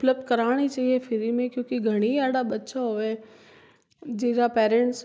उपल्ब्ध करानी चाहिए फ्री में क्योंकि घनी आणा बच्चा होवे है जिनका पेरेंट्स